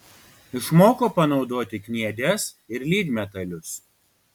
išmoko panaudoti kniedes ir lydmetalius